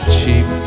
cheap